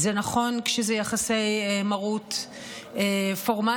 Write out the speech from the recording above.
זה נכון כשזה יחסי מרות פורמליים,